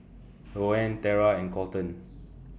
Louann Terra and Colton